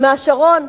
מהשרון.